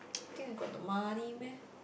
think I got the money meh